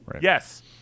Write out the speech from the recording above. Yes